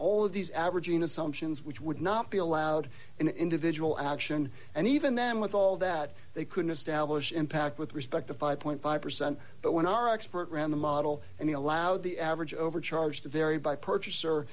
of these averaging assumptions which would not be allowed in individual action and even them with all that they couldn't establish impact with respect to five five percent but when our expert ran the model and they allowed the average over charge to vary by purchaser